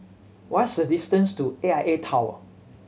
what is the distance to A I A Tower